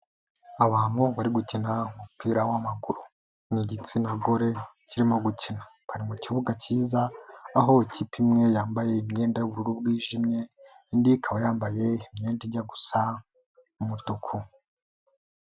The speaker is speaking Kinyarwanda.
Abantu bari gukina umupira w'amaguru ni igitsina gore kirimo gukina, bari mu kibuga kiza aho ikipe imwe yambaye imyenda y'ubururu bwijimye indi ikaba yambaye imyenda ijya gusa umutuku.